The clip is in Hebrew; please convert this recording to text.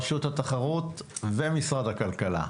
רשות התחרות ומשרד הכלכלה?